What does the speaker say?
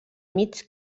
mig